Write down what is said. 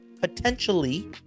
potentially